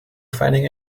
finding